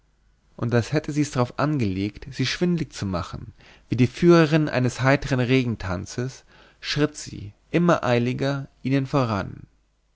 und als hätte sie's drauf angelegt sie schwindlig zu machen wie die führerin eines heiteren reigentanzes schritt sie immer eiliger ihnen voran